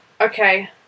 okay